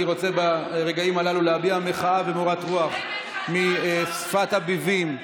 אני רוצה ברגעים הללו להביע מחאה ומורת רוח משפת הביבים,